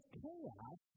chaos